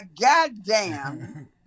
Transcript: goddamn